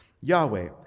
Yahweh